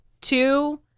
two